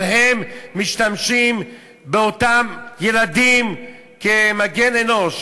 אבל הם משתמשים באותם ילדים כמגן אנושי.